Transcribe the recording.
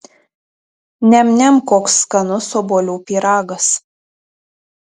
niam niam koks skanus obuolių pyragas